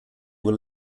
were